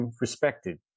respected